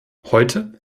heute